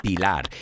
Pilar